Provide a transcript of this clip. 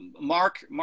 Mark